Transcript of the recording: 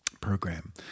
program